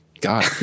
God